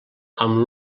amb